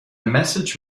message